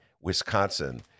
Wisconsin